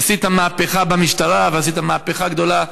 עשית מהפכה במשטרה ועשית מהפכה גדולה,